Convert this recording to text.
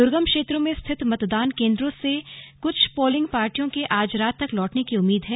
द्र्गम क्षेत्रों में स्थित मतदान केंद्रों से कुछेक पोलिंग पार्टियों के आज रात तक लौटने की उम्मीद है